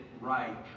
right